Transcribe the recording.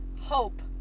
hope